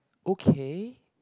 okay